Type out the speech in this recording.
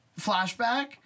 flashback